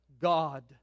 God